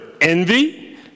envy